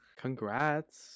Congrats